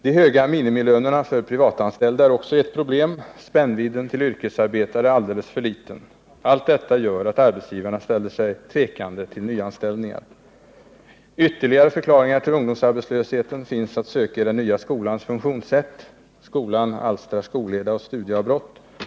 De höga minimilönerna för privatanställda är också ett problem. Spännvidden till yrkesarbetare är alldeles för liten. Allt detta gör att arbetsgivarna ställer sig tvekande till nyanställningar. Ytterligare förklaringar till ungdomsarbetslösheten finns att söka i den nya skolans funktionssätt. Skolan alstrar skolleda och studieavbrott.